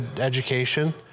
education